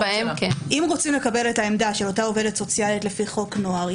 אם רוצים לקבל את העמדה של אותה עובדת סוציאלית לפי חוק נוער,